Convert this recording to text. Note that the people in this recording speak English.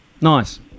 Nice